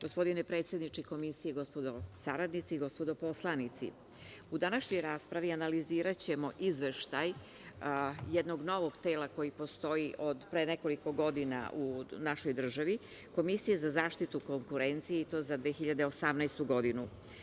Gospodine predsedničke Komisije, gospodo saradnici, gospodo poslanici, u današnjoj raspravi analiziraćemo izveštaj jednog novog tela, koji postoji od pre nekoliko godina u našoj državi Komisija za zaštitu konkurencije, i to za 2018. godinu.